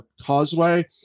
causeway